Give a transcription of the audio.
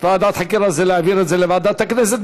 ועדת חקירה, זה להעביר את זה לוועדת הכנסת.